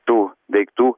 tų daiktų